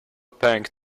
punk